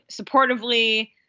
supportively